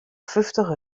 fyftich